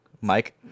mike